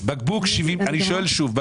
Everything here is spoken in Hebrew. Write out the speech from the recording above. אני שואל שוב.